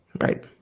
right